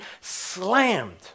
slammed